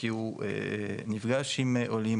כי הוא נפגש עם עולים,